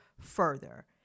further